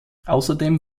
außerdem